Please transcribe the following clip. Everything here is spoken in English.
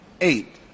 eight